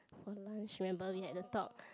don't know if she remember we had a talk